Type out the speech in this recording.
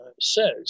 says